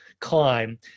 climb